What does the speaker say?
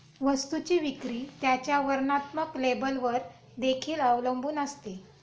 वस्तूची विक्री त्याच्या वर्णात्मक लेबलवर देखील अवलंबून असते